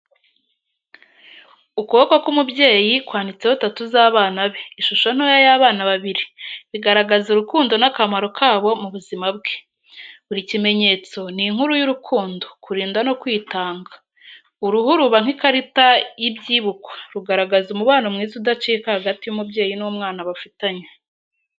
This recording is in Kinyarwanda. Ukuboko k’umubyeyi kwanditseho tattoo z’abana be, ishusho ntoya y'abana babiri, bigaragaza urukundo n’akamaro kabo mu buzima bwe. Buri kimenyetso ni inkuru y’urukundo, kurinda no kwitanga. Uruhu ruba nk’ikarita y’ibyibukwa, rugaragaza umubano mwiza udacika hagati y’umubyeyi n’umwana bafitanye.